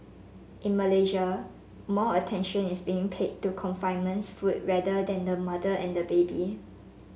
in Malaysia more attention is being paid to confinement foods rather than the mother and baby